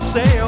Say